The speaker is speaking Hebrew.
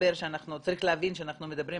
צריך להבין שאנחנו מדברים